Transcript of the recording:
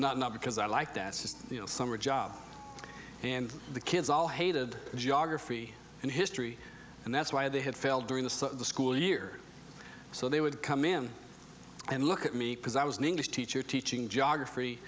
not not because i like that summer job and the kids all hated geography and history and that's why they had failed during the school year so they would come in and look at me because i was an english teacher teaching geography